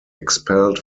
expelled